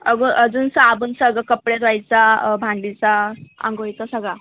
अगं अजून साबण सगळं कपडे धुवायचा भांडीचा आंघोळीचा सगळा